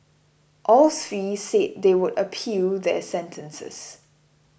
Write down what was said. all three said they would appeal their sentences